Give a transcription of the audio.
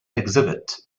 exhibit